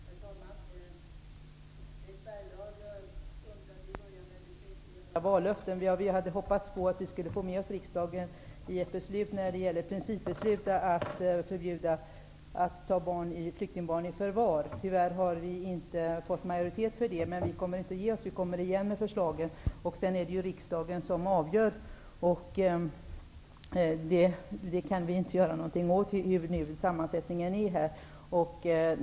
Herr talman! Leif Bergdahl undrade när vi skall infria våra vallöften. Vi hade hoppats att vi skulle få med oss riksdagen i ett principbeslut när det gäller ett förbud mot att ta flyktingbarn i förvar. Tyvärr har vi inte fått majoritet för det, men vi kommer inte att ge oss. Vi kommer igen med förslagen. Sedan är det riksdagen som avgör. Vi kan inte göra något åt hur sammansättningen är här.